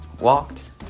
walked